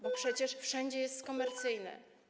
Bo przecież wszędzie jest komercyjne.